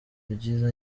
ibyiza